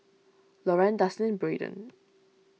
Loran Dustin Braiden